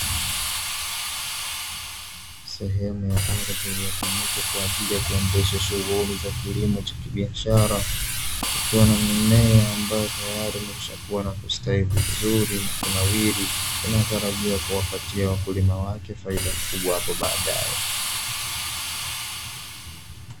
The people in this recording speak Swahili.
Sehemu ya ardhi iliyotumika kwa ajili ya kuendesha shughuli za kilimo cha kibiashara kikiwa na mimea ambayo tayari imeshakuwa na kustawi vizuri na kunawiri, inayotarijiwa kuwapitia wakulima wake faida kubwa hapo baadae.